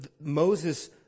Moses